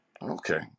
Okay